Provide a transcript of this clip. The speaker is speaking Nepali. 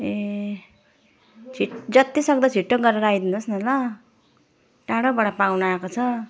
ए छिट् जति सक्दो छिट्टो गरेर आइदिनुहोस् न ल टाढाबाट पाहुना आएको छ